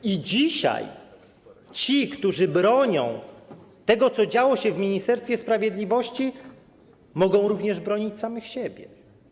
I dzisiaj ci, którzy bronią tego, co działo się w Ministerstwie Sprawiedliwości, mogą również bronić samych siebie.